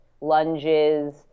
lunges